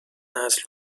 نسل